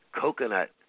coconut